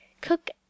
Cook